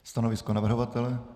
Stanovisko navrhovatele?